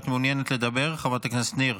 האם את מעוניינת לדבר, חברת הכנסת ניר?